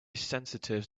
sensitive